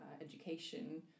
education